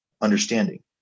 understanding